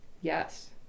Yes